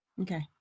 okay